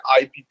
IP